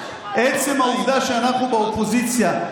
עצם העובדה שאנחנו באופוזיציה,